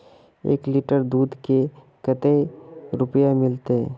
एक लीटर दूध के कते रुपया मिलते?